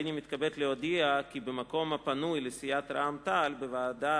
הריני מתכבד להודיע כי במקום הפנוי לסיעת רע"ם-תע"ל בוועדה